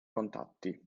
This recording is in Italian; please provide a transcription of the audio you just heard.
contatti